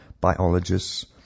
biologists